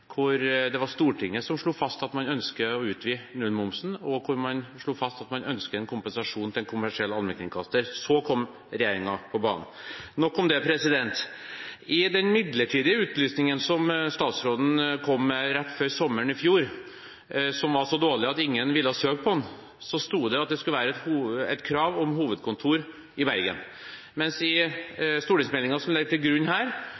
Det var Stortinget som slo fast at man ønsket å utvide nullmomsen, og man slo fast at man ønsket kompensasjon til en kommersiell allmennkringkaster. Så kom regjeringen på banen. – Nok om det. I den midlertidige utlysningen som statsråden kom med rett før sommeren i fjor, som var så dårlig at ingen ville søke på den, sto det at det skulle være et krav om hovedkontor i Bergen, mens i stortingsmeldingen som ligger til grunn her,